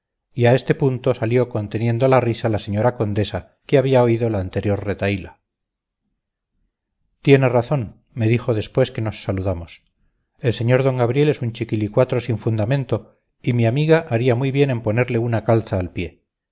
y a este punto salió conteniendo la risa la señora condesa que había oído la anterior retahíla tiene razón me dijo después que nos saludamos el sr d gabriel es un chiquilicuatro sin fundamento y mi amiga haría muy bien en ponerle una calza al pie